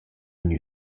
gnü